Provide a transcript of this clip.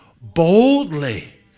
boldly